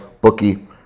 Bookie